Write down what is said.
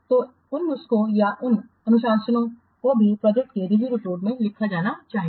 तो उन नुस्खे या उन अनुशंसाओं को भी इस प्रोजेक्ट की रिव्यू रिपोर्ट में लिखा जाना चाहिए